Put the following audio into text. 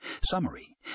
Summary